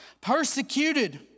Persecuted